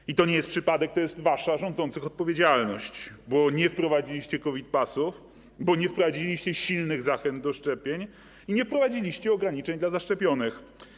I to nie jest przypadek, to jest wasza, rządzących, odpowiedzialność, bo nie wprowadziliście COVID-pasów, bo nie wprowadziliście silnych zachęt do szczepień i nie wprowadziliście ograniczeń dla zaszczepionych.